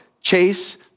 chase